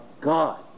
God